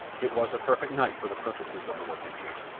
it was a perfect night for the purposes of the work in hand.